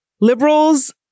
liberals